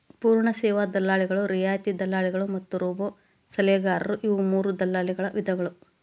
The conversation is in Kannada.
ಪೂರ್ಣ ಸೇವಾ ದಲ್ಲಾಳಿಗಳು, ರಿಯಾಯಿತಿ ದಲ್ಲಾಳಿಗಳು ಮತ್ತ ರೋಬೋಸಲಹೆಗಾರರು ಇವು ಮೂರೂ ದಲ್ಲಾಳಿ ವಿಧಗಳ